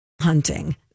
Hunting